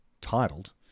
titled